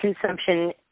consumption